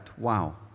wow